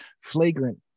flagrant